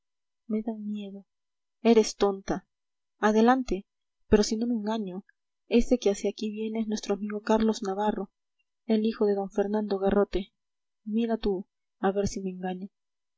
me dan miedo eres tonta adelante pero si no me engaño ese que hacia aquí viene es nuestro amigo carlos navarro el hijo de d fernando garrote mira tú a ver si me engaño